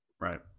Right